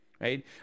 right